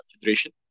Federation